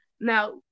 Now